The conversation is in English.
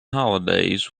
holidays